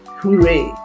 hooray